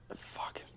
Fuck